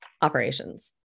operations